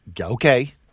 Okay